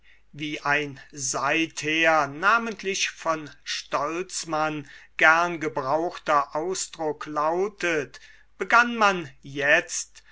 wie ein seither namentlich von stolzmann i gern gebrauchter ausdruck lautet begann man jetzt